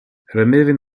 removing